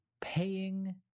paying